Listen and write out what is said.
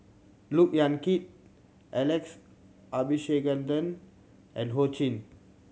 Look Yan Kit Alex Abisheganaden and Ho Ching